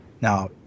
Now